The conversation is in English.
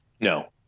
No